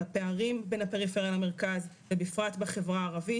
הפערים בין הפריפריה למרכז ובפרט בחברה הערבית.